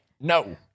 no